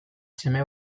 seme